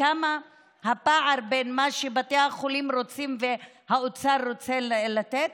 מה הפער בין מה שבתי החולים רוצים למה שהאוצר רוצה לתת?